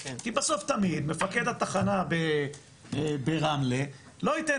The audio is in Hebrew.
כי בסוף תמיד מפקד התחנה ברמלה לא ייתן